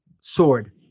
sword